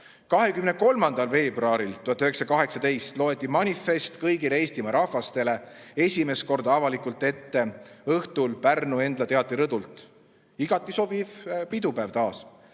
23. veebruari õhtul 1918 loeti manifest "Kõigile Eestimaa rahvastele" esimest korda avalikult ette Pärnu Endla teatri rõdult. Igati sobiv pidupäev.